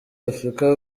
africa